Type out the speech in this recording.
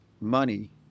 money